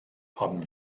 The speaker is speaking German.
haben